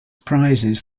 prizes